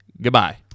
Goodbye